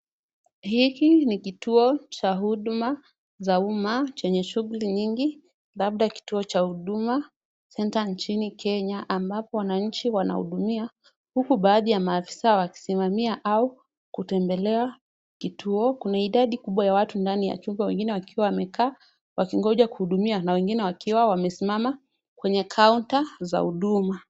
Hiki ni kituo cha huduma za umma chenye shughuli nyingi, labda kituo cha Huduma Center nchini Kenya ambapo wananchi wanahudumiwa, huku baadhi ya maafisa wakisimamia au kutembelea kituo. Kuna idadi kubwa ya watu ndani ya kituo, wengine wakiwa wamekaa wakingoja kuhudumiwa na wengine wakiwa wamesimama kwenye kaunta za huduma.